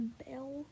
bell